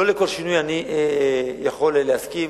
לא לכל שינוי אני יכול להסכים,